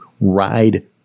ride